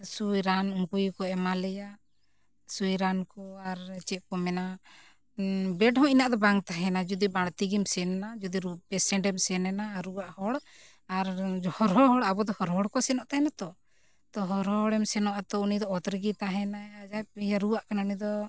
ᱥᱩᱭ ᱨᱟᱱ ᱩᱱᱠᱩ ᱜᱮᱠᱚ ᱮᱢᱟ ᱞᱮᱭᱟ ᱥᱩᱭ ᱨᱟᱱ ᱠᱚ ᱟᱨ ᱪᱮᱫ ᱠᱚ ᱢᱮᱱᱟ ᱵᱮᱰ ᱦᱚᱸ ᱤᱱᱟᱹᱜ ᱫᱚ ᱵᱟᱝ ᱛᱟᱦᱮᱱᱟ ᱡᱩᱫᱤ ᱵᱟᱲᱛᱤ ᱜᱮᱢ ᱥᱮᱱ ᱮᱱᱟ ᱡᱩᱫᱤ ᱨᱩ ᱯᱮᱥᱮᱱᱴᱮᱢ ᱥᱮᱱ ᱮᱱᱟ ᱨᱩᱣᱟᱹᱜ ᱦᱚᱲ ᱟᱨ ᱦᱚᱨᱦᱚ ᱦᱚᱲ ᱟᱵᱚ ᱫᱚ ᱦᱚᱨᱦᱚ ᱦᱚᱲ ᱠᱚ ᱥᱮᱱᱚᱜ ᱛᱟᱦᱮᱱᱟ ᱛᱚ ᱛᱚ ᱦᱚᱨᱦᱚ ᱦᱚᱲᱮᱢ ᱥᱮᱱᱚᱜᱼᱟ ᱛᱚ ᱩᱱᱤ ᱫᱚ ᱚᱛ ᱨᱮᱜᱮ ᱛᱟᱦᱮᱱᱟᱭ ᱟᱨ ᱡᱟᱦᱟᱸᱭ ᱨᱩᱣᱟᱹᱜ ᱠᱟᱱᱟ ᱩᱱᱤ ᱫᱚ